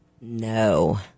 No